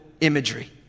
imagery